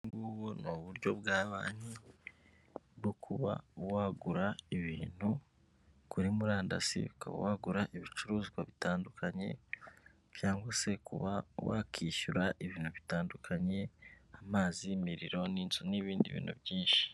Ubu ni uburyo bwa banki bwo kuba wagura ibintu kuri murandasi ukaba wagura ibicuruzwa bitandukanye cyangwa se kuba wakwishyura ibintu bitandukanye amazi, imiriro n'inzu n'ibindi bintu byinshi.